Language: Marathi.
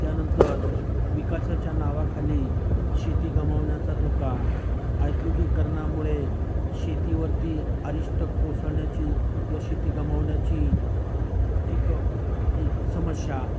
त्यानंतर विकासाच्या नावाखाली शेती गमवण्याचा धोका औद्योगिकरणामुळे शेतीवरती अरिष्ट कोसळण्याची किंवा शेती गमवण्याची एक एक समस्या